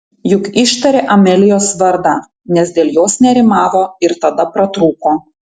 juk ištarė amelijos vardą nes dėl jos nerimavo ir tada pratrūko